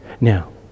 Now